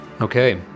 Okay